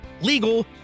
legal